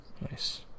Nice